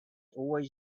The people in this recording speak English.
always